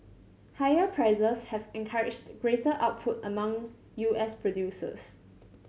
higher prices have encouraged greater output among U S producers